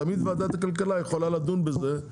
תמיד וועדת הכלכלה יכולה לדון בזה,